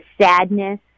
sadness